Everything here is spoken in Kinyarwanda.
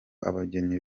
abageni